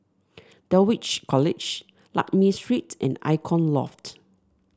Dulwich College Lakme Street and Icon Loft